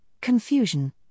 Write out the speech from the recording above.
confusion